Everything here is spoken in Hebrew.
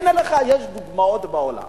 הנה לך, יש דוגמאות בעולם.